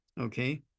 okay